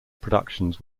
productions